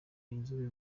inzobe